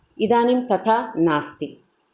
इदानीं तथा नास्ति